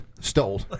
Stole